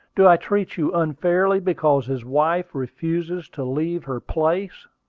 do i treat you unfairly because his wife refuses to leave her place?